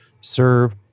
serve